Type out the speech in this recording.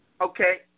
okay